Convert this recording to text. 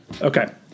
Okay